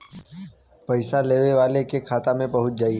पइसा लेवे वाले के खाता मे पहुँच जाई